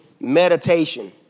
meditation